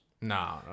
no